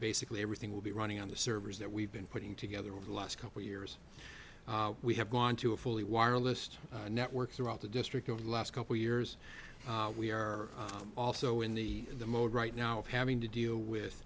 basically everything will be running on the servers that we've been putting together over the last couple years we have gone to a fully wireless network throughout the district over the last couple years we are also in the mode right now of having to deal with